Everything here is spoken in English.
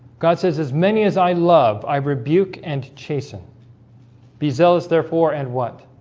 god says as many as i love i rebuke and chasten be zealous therefore and what